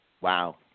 Wow